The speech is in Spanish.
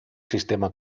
sistema